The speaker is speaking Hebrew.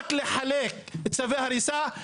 רק לחלק צווי הריסה,